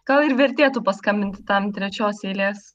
gal ir vertėtų paskambinti tam trečios eilės